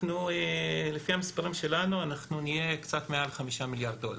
לפי המספרים שלנו, קצת מעל 5 מיליארד דולר.